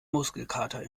muskelkater